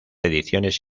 ediciones